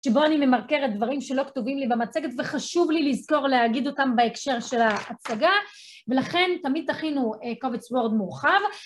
שבו אני ממרקרת דברים שלא כתובים לי במצגת, וחשוב לי לזכור להגיד אותם בהקשר של ההצגה. ולכן תמיד תכינו קובץ וורד מורחב.